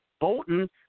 Bolton